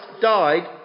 died